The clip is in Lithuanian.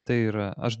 tai yra aš